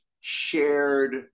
shared